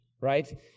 Right